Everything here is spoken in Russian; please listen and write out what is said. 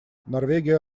норвегия